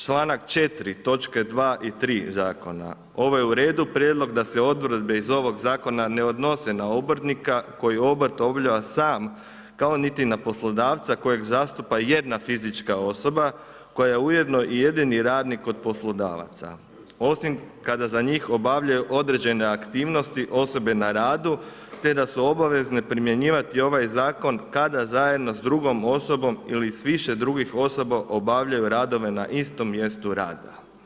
Članak 4. točke 2. i 3. zakona „ovo je uredu prijedlog da se odredbe iz ovog zakona ne odnose na obrtnika koji obrt obavlja sam kao niti na poslodavca kojeg zastupa jedna fizička osoba koja je ujedno i jedini radnik kod poslodavaca, osim kada za njih obavljaju određene aktivnosti osobe na radu te da su obavezne primjenjivati ovaj zakon kad zajedno s drugom osobom ili s više drugih osoba obavljaju radove na istom mjestu rada“